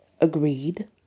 Agreed